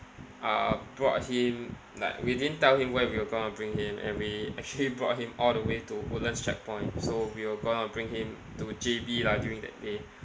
uh brought him like we didn't tell him where we were gonna bring him and we actually brought him all the way to woodlands checkpoint so we were gonna bring him to J_B lah during that day